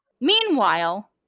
Meanwhile